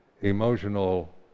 emotional